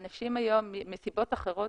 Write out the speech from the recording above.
היום מסיבות אחרות